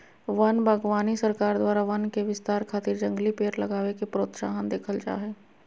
वन बागवानी सरकार द्वारा वन के विस्तार खातिर जंगली पेड़ लगावे के प्रोत्साहन देल जा हई